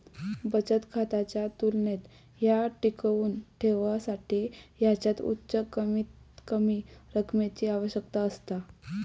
बचत खात्याच्या तुलनेत ह्या टिकवुन ठेवसाठी ह्याच्यात उच्च कमीतकमी रकमेची आवश्यकता असता